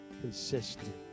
consistent